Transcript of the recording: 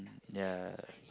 ya